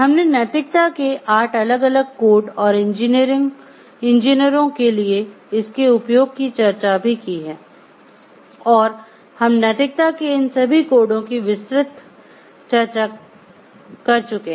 हमने नैतिकता के आठ अलग अलग कोड और इंजीनियरों के लिए इसके उपयोग की चर्चा भी की है और हम नैतिकता के इन सभी कोडों की विस्तृत चर्चा का चुके हैं